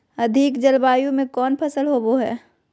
अधिक जलवायु में कौन फसल होबो है?